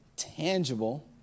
tangible